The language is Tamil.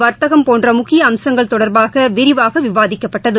வர்த்தகம் போன்ற முக்கிய அம்சங்கள் தொடர்பாக விரிவாக விவாதிக்கப்பட்டது